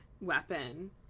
weapon